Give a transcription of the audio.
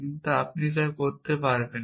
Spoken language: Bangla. কিন্তু আপনি তা করতে পারেন